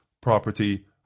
property